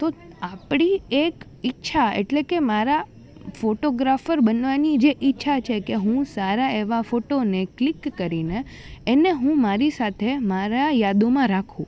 તો આપણી એક ઈચ્છા એટલે કે મારા ફોટોગ્રાફર બનવાની જે ઈચ્છા છે કે હું સારા એવા ફોટોને ક્લિક કરીને એને હું મારી સાથે મારા યાદોમાં રાખું